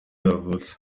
yavutse